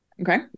Okay